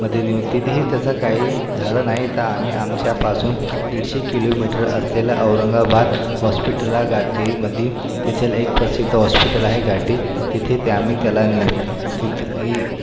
मध्ये नेऊ तिथंही त्याचा काही झाला नाही तर आम्ही आमच्यापासून दीडशे किलोमीटर असलेलं औरंगाबाद हॉस्पिटलला गाठीमध्ये तिथलं एक प्रसिद्ध हॉस्पिटल आहे घाटी तिथे ते आम्ही त्याला नेऊ तिथेही